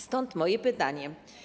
Stąd moje pytanie.